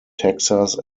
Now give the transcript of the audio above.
texas